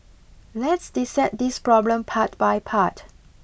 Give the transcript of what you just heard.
let's dissect this problem part by part